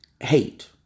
hate